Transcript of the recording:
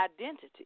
identity